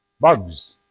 bugs